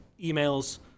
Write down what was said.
emails